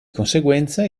conseguenza